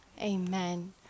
Amen